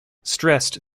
stressed